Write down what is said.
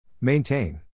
Maintain